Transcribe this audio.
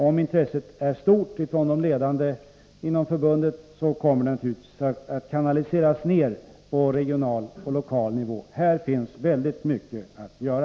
Om intresset är stort bland de ledande inom förbundet, kommer det naturligtvis att kanaliseras ned på regional och lokal nivå. Här finns väldigt mycket att göra.